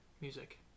music